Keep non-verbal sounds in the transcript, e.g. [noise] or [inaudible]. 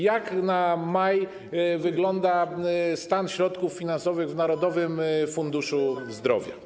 Jak na maj wygląda stan środków finansowych w Narodowym Funduszu [noise] Zdrowia?